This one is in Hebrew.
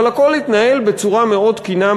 אבל הכול התנהל בצורה מאוד תקינה,